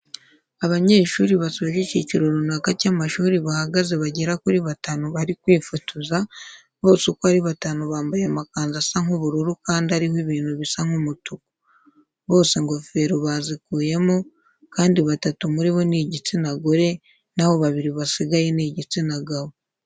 Abanyeshuri basoje icyiciro runaka cy'amasomo bahagaze bagera kuri batanu bari kwifotoza, bose uko ari batanu bambaye amakanzu asa nk'ubururu kandi ariho ibintu bisa nk'umutuku. Bose ingofero bazikuyemo kandi batatu muri bo ni igitsina gore, na ho babiri basigaye ni igitsina gabo.